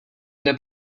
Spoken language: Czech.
kde